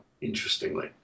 interestingly